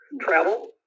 Travel